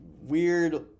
weird